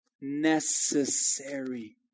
Necessary